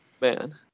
man